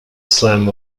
slam